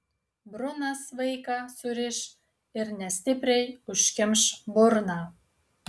brunas vaiką suriš ir nestipriai užkimš burną